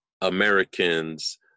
americans